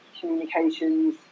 communications